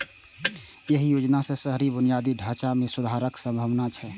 एहि योजना सं शहरी बुनियादी ढांचा मे सुधारक संभावना छै